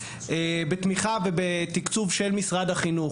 בתמיכה ובתקצוב של משרד החינוך.